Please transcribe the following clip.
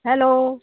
hello